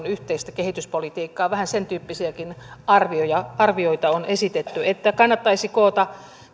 eun yhteistä kehityspolitiikkaa vähän sen tyyppisiäkin arvioita on esitetty että kannattaisi koota